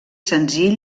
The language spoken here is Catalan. senzill